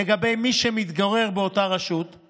לגבי מי שמתגורר באותה רשות;